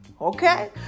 okay